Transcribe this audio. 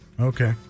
Okay